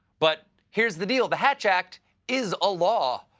but here's the deal the hatch act is a law,